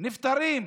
נפטרים,